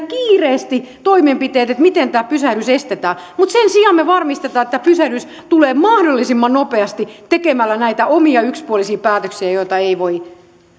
kiireesti toimenpiteet joilla tämä pysähdys estetään mutta sen sijaan me varmistamme että tämä pysähdys tulee mahdollisimman nopeasti tekemällä näitä omia yksipuolisia päätöksiä joita eivät voi